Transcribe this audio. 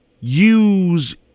use